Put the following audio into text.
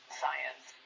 science